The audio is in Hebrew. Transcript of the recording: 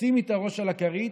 תשימי את הראש על הכרית